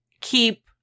keep